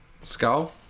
Skull